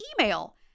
email